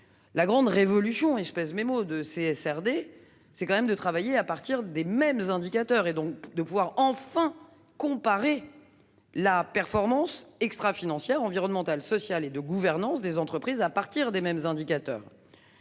La grande révolution et je pèse mes mots de CSR des. C'est quand même de travailler à partir des mêmes indicateurs et donc de pouvoir enfin comparer la performance extra-financière environnementale, sociale et de gouvernance des entreprises à partir des mêmes indicateurs.